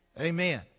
amen